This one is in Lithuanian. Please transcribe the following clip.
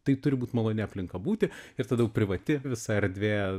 tai turi būt maloni aplinka būti ir tada jau privati visa erdvė